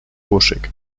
buschig